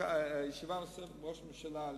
ישיבה נוספת עם ראש הממשלה,